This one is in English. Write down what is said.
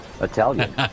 Italian